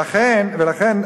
אבל הם למדו עוד דברים.